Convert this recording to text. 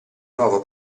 nuovo